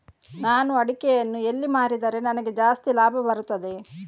ನಾನು ಅಡಿಕೆಯನ್ನು ಎಲ್ಲಿ ಮಾರಿದರೆ ನನಗೆ ಜಾಸ್ತಿ ಲಾಭ ಬರುತ್ತದೆ?